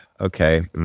okay